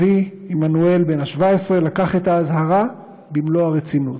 אבי עמנואל, בן 17, לקח את האזהרה במלוא הרצינות: